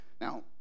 Now